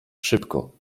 szybko